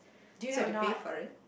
do you have to pay for it